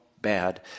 bad